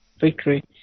victory